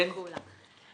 שיתוף פעולה.